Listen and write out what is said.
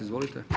Izvolite.